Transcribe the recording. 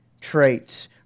traits